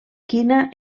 quina